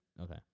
Okay